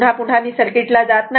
पुन्हा पुन्हा मी सर्किट ला जात नाही